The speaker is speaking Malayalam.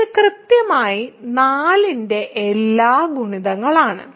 ഇത് കൃത്യമായി 4 ന്റെ എല്ലാ ഗുണിതങ്ങളാണ്